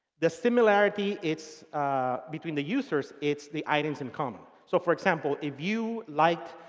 the similarity, it's between the users, it's the items in common. so, for example, if you liked